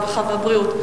הרווחה והבריאות?